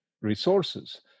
resources